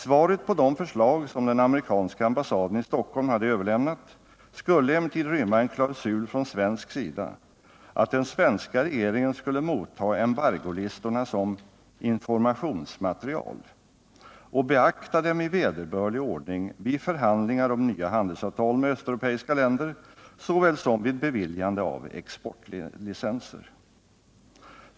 Svaret på de förslag som den amerikanska ambassaden i Stockholm hade överlämnat skulle emellertid rymma en klausul från svensk sida att den svenska regeringen skulle motta embargolistorna som ”informationsmaterial” och beakta dem i vederbörlig ordning vid förhandlingar om nya handelsavtal med östeuropeiska länder såväl som vid beviljande av exportlicenser.